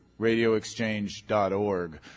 radioexchange.org